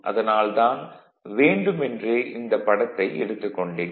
அதனால் தான் வேண்டுமென்றே இந்த படத்தை எடுத்துக் கொண்டேன்